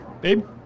babe